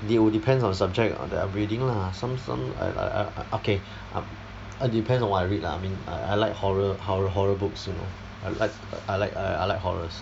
they will depends on subject on that I'm reading lah some some I I I okay um I depend on what I read lah I mean I like horror horror horror books you know I like I like I like horrors